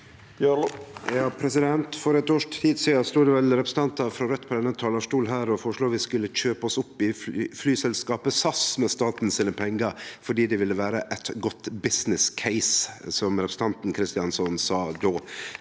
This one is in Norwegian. For eit års tid si- dan stod det vel representantar frå Raudt på denne talarstolen og føreslo at vi skulle kjøpe oss opp i flyselskapet SAS med staten sine pengar, fordi det ville vere eit godt «business case», som representanten Kristjánsson sa då.